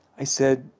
i said,